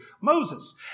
Moses